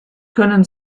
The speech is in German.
können